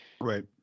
Right